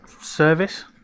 service